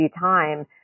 time